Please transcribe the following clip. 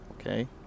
Okay